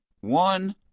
One